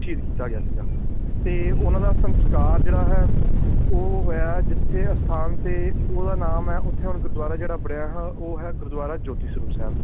ਸ਼ਹੀਦ ਕੀਤਾ ਗਿਆ ਸੀਗਾ ਅਤੇ ਉਹਨਾਂ ਦਾ ਸੰਸਕਾਰ ਜਿਹੜਾ ਹੈ ਉਹ ਹੋਇਆ ਜਿੱਥੇ ਅਸਥਾਨ 'ਤੇ ਉਹਦਾ ਨਾਮ ਹੈ ਉੱਥੇ ਹੁਣ ਗੁਰਦੁਆਰਾ ਜਿਹੜਾ ਬਣਿਆ ਹੋਇਆ ਉਹ ਹੈ ਗੁਰਦੁਆਰਾ ਜੋਤੀ ਸਰੂਪ ਸਾਹਿਬ